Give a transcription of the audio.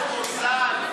ראש מוסד,